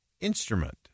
instrument